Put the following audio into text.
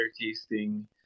tasting